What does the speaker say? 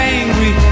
angry